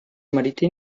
marítim